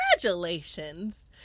congratulations